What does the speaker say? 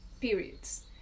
periods